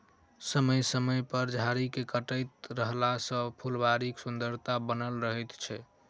समय समय पर झाड़ी के काटैत रहला सॅ फूलबाड़ीक सुन्दरता बनल रहैत छै